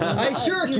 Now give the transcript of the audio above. i sure can,